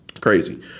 Crazy